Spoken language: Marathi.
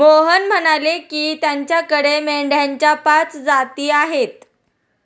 मोहन म्हणाले की, त्याच्याकडे मेंढ्यांच्या पाच जाती आहेत